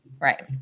Right